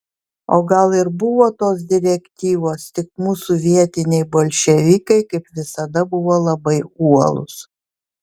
o gal ir buvo tos direktyvos tik mūsų vietiniai bolševikai kaip visada buvo labai uolūs